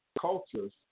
cultures